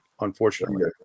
Unfortunately